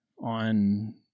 on